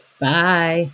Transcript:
bye